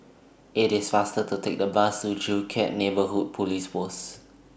IT IS faster to Take The Bus to Joo Chiat Neighbourhood Police Post